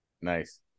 Nice